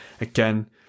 again